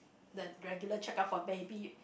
the regular check up for baby